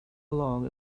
along